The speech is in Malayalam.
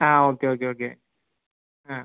ആ ഓക്കെ ഓക്കെ ഓക്കെ അ